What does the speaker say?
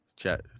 chat